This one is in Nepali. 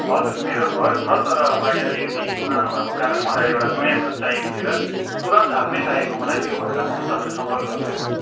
हजुर मेरो घर छ तर अहिले अलिकति पुरानो भएको कारण मलाई एउटा नयाँ घर चाहिएको थियो र तुरन्त हालमै चाहिएको मलाई त्यो भएर मैले तपाईँलाई सम्पर्क गरेको